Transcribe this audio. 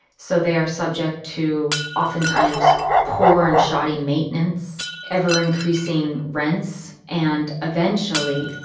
so they are subject to, often times, poor and shoddy maintenance, ever increasing rents, and eventually,